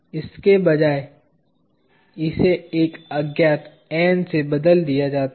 इसके बजाय इसे एक अज्ञात N से बदल दिया जाता है